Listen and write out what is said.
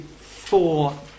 four